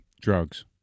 drugs